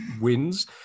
wins